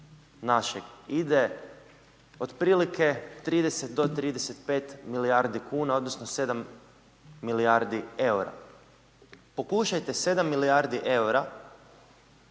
našeg ide otprilike 30 do 35 milijardi kuna odnosno 7 milijardi eura. Pokušajte 7 milijardi eura